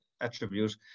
attribute